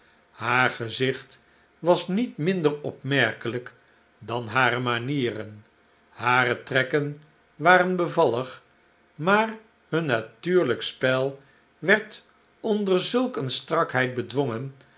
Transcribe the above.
haar gezicht was niet minder opmerkelijk dan hare manieren hare trekken waren bevallig maar hun natuurlijk spel werd onder zulk een strakheid bedwongen